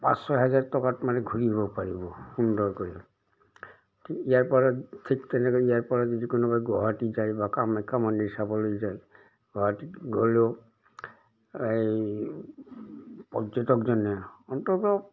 পাঁচ ছয় হাজাৰ টকাত মানে ঘূৰিব পাৰিব সুন্দৰকৈ ইয়াৰ পৰা ঠিক তেনেকে ইয়াৰ পৰা যদি কোনোবাই গুৱাহাটী যায় বা কামাখ্যা মন্দিৰ চাবলৈ যায় গুৱাহাটীত গ'লেও এই পৰ্যটকজনে অন্ততঃ